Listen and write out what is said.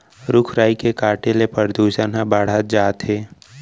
रूख राई के काटे ले परदूसन हर बाढ़त जात हे